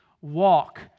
Walk